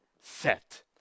set